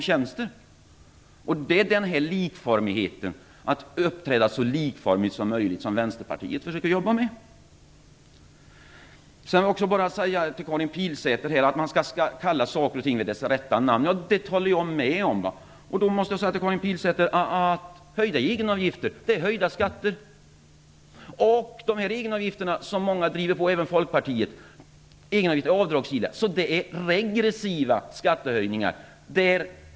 Vänsterpartiet försöker jobba med likformigheten, att vi skall uppträda så likformigt som möjligt. Karin Pilsäter säger att man skall kalla saker och ting vid deras rätta namn. Det håller jag med om. Då måste jag säga till Karin Pilsäter att höjda egenavgifter är höjda skatter. Dessa egenavgifter som skulle vara avdragsgilla, som många driver på för, även Folkpartiet, är regressiva skattehöjningar.